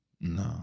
No